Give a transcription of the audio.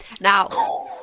Now